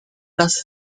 las